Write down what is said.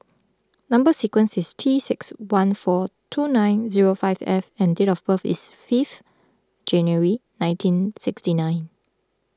Number Sequence is T six one four two nine zero five F and date of birth is fifth January nineteen sixty nine